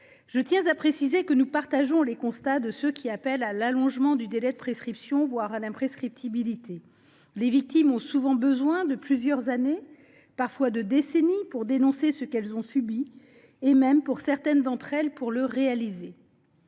Je tiens à préciser que nous partageons les constats de ceux qui appellent à l’allongement du délai de prescription, voire à l’imprescriptibilité. En effet, les victimes ont souvent besoin de plusieurs années, parfois de décennies, pour dénoncer ce qu’elles ont subi et même, pour certaines d’entre elles, pour le réaliser.